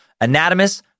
anatomist